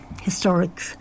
historic